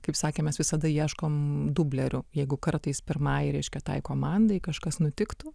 kaip sakė mes visada ieškom dublerių jeigu kartais pirmai reiškia tai komandai kažkas nutiktų